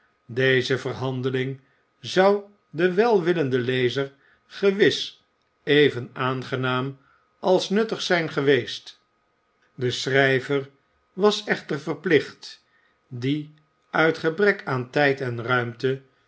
deze verhandeling zou den welwillenden lezer gewis even aangenaam als nuttig zijn geweest de schrijver was echter verplicht die uit gebrek aan tijd en ruimte